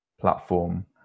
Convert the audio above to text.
platform